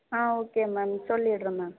ஆ okay ma'am சொல்லிடுறேன் ma'am